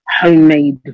homemade